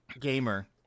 gamer